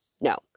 No